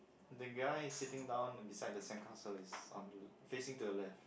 that guy is sitting down beside the sandcastle is onto facing to the left